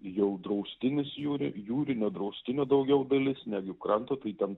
jau draustinis jūri jūrinio draustinio daugiau dalis negu kranto tai ten